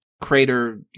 crater